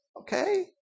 Okay